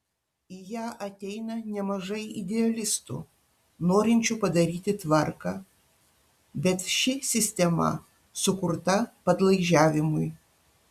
į ją ateina nemažai idealistų norinčių padaryti tvarką bet ši sistema sukurta padlaižiavimui